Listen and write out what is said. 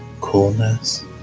coolness